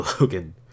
Logan